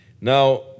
Now